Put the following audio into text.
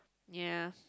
ya